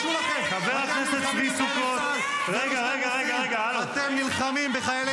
תחילת המלחמה היה העלילה המתועבת הזו על חיילי